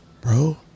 bro